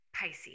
Pisces